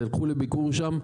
תלכו לביקור שם,